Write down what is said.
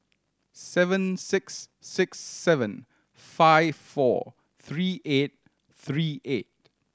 seven six six seven five four three eight three eight